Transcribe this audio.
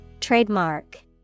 Trademark